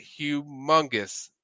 humongous